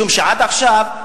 משום שעד עכשיו,